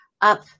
up